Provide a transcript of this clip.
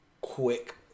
quick